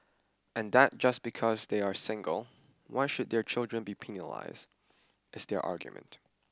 and that just because they are single why should their children be penalised is their argument